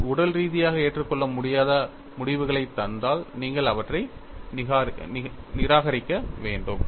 அவை உடல் ரீதியாக ஏற்றுக்கொள்ள முடியாத முடிவுகளைத் தந்தால் நீங்கள் அவற்றை நிராகரிக்க வேண்டும்